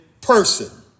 person